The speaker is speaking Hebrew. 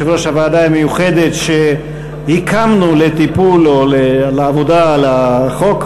יושב-ראש הוועדה המיוחדת שהקמנו לטיפול או לעבודה על החוק,